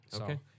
Okay